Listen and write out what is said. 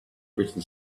written